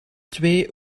twee